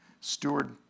Steward